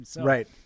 Right